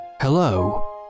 Hello